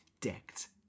decked